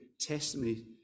testimony